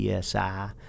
psi